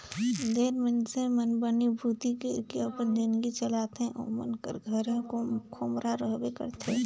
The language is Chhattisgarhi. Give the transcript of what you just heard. जेन मइनसे मन बनी भूती कइर के अपन जिनगी चलाथे ओमन कर घरे खोम्हरा रहबे करथे